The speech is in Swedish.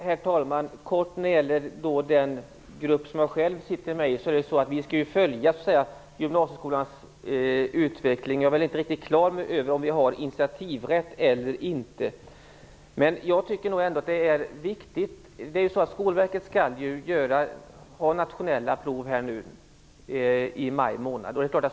Herr talman! Den grupp som jag själv sitter med i skall följa gymnasieskolans utveckling. Jag är inte riktigt klar över om vi har initiativrätt eller inte. Skolverket skall göra nationella prov nu i maj.